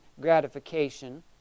gratification